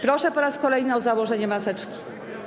Proszę po raz kolejny o założenie maseczki.